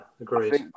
agreed